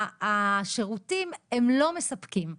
השירותים הם לא מספקים.